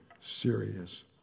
serious